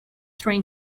train